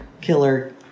killer